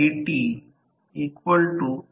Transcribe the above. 98 ची अधिकतम कार्यक्षमता असेल